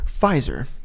Pfizer